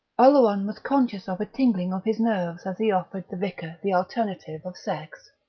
oleron was conscious of a tingling of his nerves as he offered the vicar the alternative of sex.